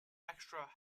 extra